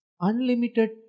unlimited